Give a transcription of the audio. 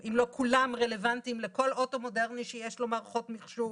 אם לא כולם רלוונטיים לכל אוטו מודרני שיש לו מערכות מחשוב.